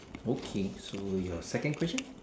okay so your second question